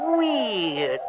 Weird